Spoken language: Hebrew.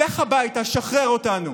לך הביתה, שחרר אותנו.